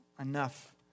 enough